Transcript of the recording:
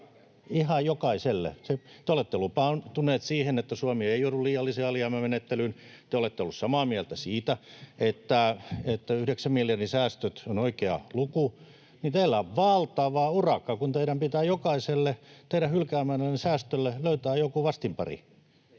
ihan jokaiselle. Te olette lupautuneet siihen, että Suomi ei joudu liiallisen alijäämän menettelyyn. Kun te olette olleet samaa mieltä siitä, että yhdeksän miljardin säästöt on oikea luku, niin teillä on valtava urakka, kun teidän pitää jokaiselle teidän hylkäämällenne säästölle löytää joku vastinpari.